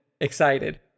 excited